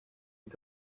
you